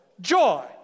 Joy